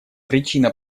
причина